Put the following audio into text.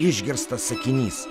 išgirstas sakinys